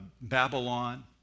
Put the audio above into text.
Babylon